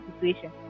situation